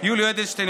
יולי אדלשטיין,